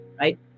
right